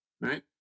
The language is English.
right